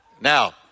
Now